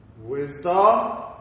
Wisdom